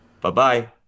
bye-bye